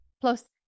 Plus